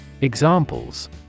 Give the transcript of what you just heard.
Examples